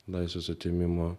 laisvės atėmimo